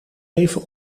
even